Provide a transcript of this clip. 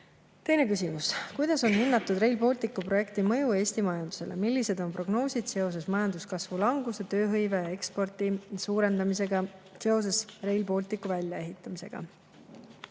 küsimus: "Kuidas on hinnatud Rail Balticu projekti mõju Eesti majandusele? Millised on prognoosid seoses majanduskasvu/languse, tööhõive ja ekspordi suurendamisega seoses Rail Balticu väljaehitamisega?"